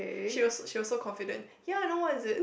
she was she was so confident ya I know what is it